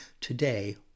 today